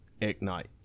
ignite